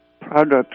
products